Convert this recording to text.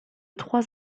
trois